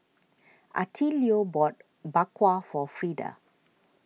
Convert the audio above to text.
Attilio bought Bak Kwa for Frida